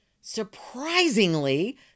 Surprisingly